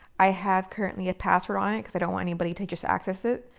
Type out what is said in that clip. i have currently a password on it because i don't want anybody to just access it,